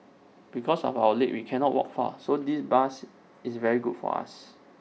because of our leg we cannot walk far so this bus is very good for us